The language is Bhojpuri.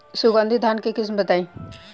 सुगंधित धान के किस्म बताई?